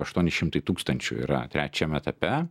aštuoni šimtai tūkstančių yra trečiam etape